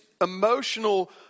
emotional